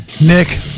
Nick